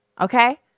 Okay